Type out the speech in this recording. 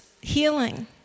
healing